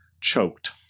choked